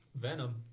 Venom